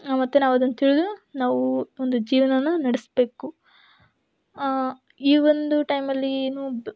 ಮತ್ತು ನಾವದನ್ನ ತಿಳಿದು ನಾವು ಒಂದು ಜೀವನವನ್ನು ನಡೆಸ್ಬೇಕು ಈ ಒಂದು ಟೈಮಲ್ಲಿ ಏನು